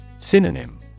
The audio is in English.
Synonym